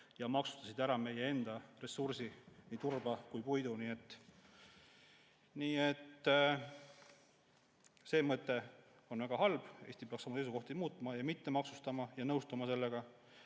ja maksustasid ära meie enda ressursi, nii turba kui ka puidu. Nii et see mõte on väga halb. Eesti peaks oma seisukohti muutma, mitte maksustama ja mitte nõustuma sellega.